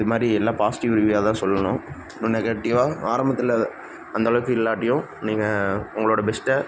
இது மாதிரி எல்லாம் பாசிட்டிவ் ரிவ்யுவாக தான் சொல்லணும் நெகட்டிவாக ஆரம்பத்தில் அந்தளவுக்கு இல்லாட்டியும் நீங்கள் உங்களோடய பெஸ்ட்டை